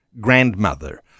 grandmother